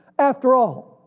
after all,